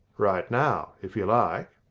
right now, if you like,